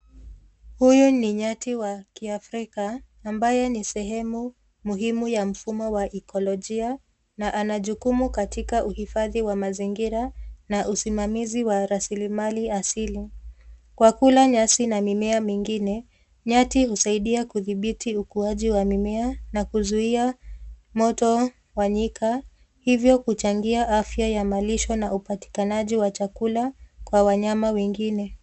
Huyu ni nyati wa kiafrika ambaye ni sehemu muhimu wa mfumo wa ekolojia na ana jukumu katika uhifadhi wa mazingira na usimamizi wa rasilimali asili kwa kula nyasi na mimea mingine, nyati husaidia kudhibiti ukuaji wa mimea na kuzuia moto wa nyika hivyo kuchangia afya ya malisho na upatakinaji wa chakula kwa wanyama wengine.